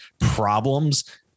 problems